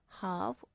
half